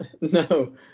no